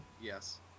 Yes